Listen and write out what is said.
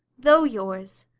though yours,